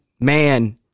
man